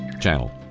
Channel